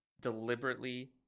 deliberately